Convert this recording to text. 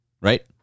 right